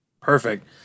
Perfect